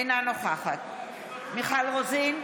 אינה נוכחת מיכל רוזין,